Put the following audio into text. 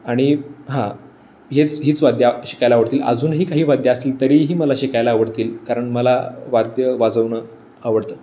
आणि हां हेच हीच वाद्यं शिकायला आवडतील अजूनही काही वाद्यं असतील तरीही मला शिकायला आवडतील कारण मला वाद्य वाजवणं आवडतं